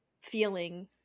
feeling